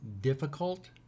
difficult